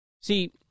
See